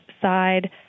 side